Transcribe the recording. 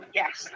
yes